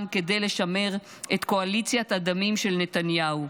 כדי לשמר את קואליציית הדמים של נתניהו.